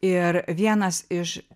ir vienas iš